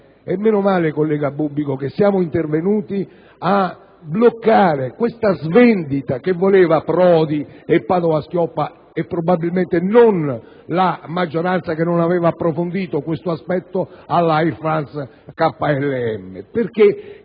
Meno male, collega Bubbico, che siamo intervenuti a bloccare la svendita - che volevano Prodi e il ministro Padoa-Schioppa e probabilmente non la maggioranza che non aveva approfondito questo aspetto - all'Air France-KLM. Anche